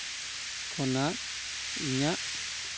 ᱠᱷᱚᱱᱟᱜ ᱤᱧᱟᱹᱜ